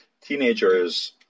teenagers